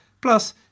Plus